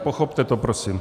Pochopte to prosím.